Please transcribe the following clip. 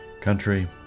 country